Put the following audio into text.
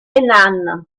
hainan